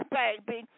baby